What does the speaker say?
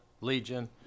Legion